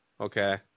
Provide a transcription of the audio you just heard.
Okay